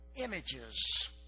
images